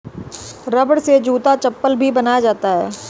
रबड़ से जूता चप्पल भी बनाया जाता है